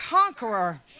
conqueror